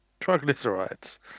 triglycerides